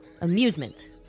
amusement